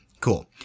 Cool